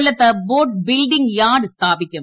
കൊല്ലത്ത് boat building yard സ്ഥാപിക്കും